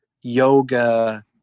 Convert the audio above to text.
yoga